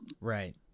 right